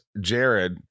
Jared